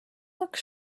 looked